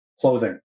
clothing